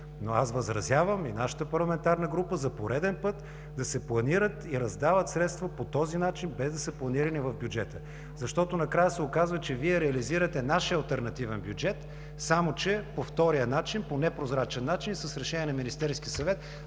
Но аз възразявам, и нашата парламентарна група, за пореден път да се планират и раздават средства по този начин без да са планирани в бюджета! Защото накрая се оказва, че Вие реализирате нашия алтернативен бюджет, само че по втория начин, по непрозрачен начин – с решение на Министерския съвет